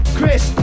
Chris